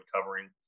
covering